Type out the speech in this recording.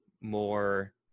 more